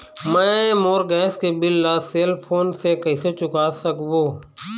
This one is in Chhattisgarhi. मैं मोर गैस के बिल ला सेल फोन से कइसे चुका सकबो?